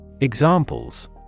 Examples